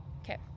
Okay